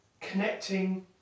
connecting